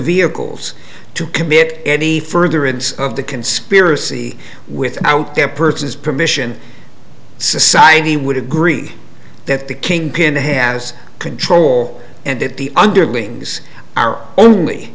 vehicles to commit any further it's of the conspiracy without their persons permission society would agree that the kingpin has control and that the underlings are only